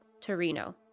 Torino